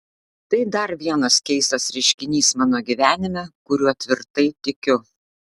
tai dar vienas keistas reiškinys mano gyvenime kuriuo tvirtai tikiu